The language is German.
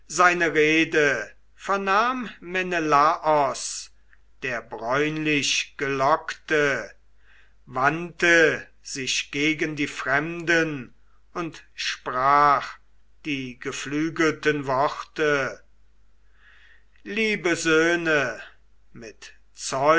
seine rede vernahm menelaos der bräunlichgelockte wandte sich gegen die fremden und sprach die geflügelten worte liebe söhne mit